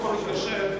.